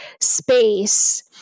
space